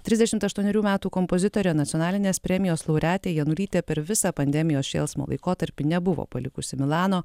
trisdešimt aštuonerių metų kompozitorė nacionalinės premijos laureatė janulytė per visą pandemijos šėlsmo laikotarpį nebuvo palikusi milano